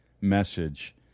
message